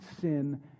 sin